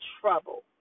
trouble